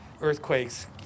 earthquakes